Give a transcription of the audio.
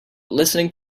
listening